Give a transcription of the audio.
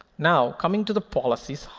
now, coming to the policies,